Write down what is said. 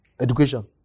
Education